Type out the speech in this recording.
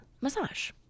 massage